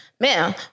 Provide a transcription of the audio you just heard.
man